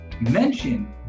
Mention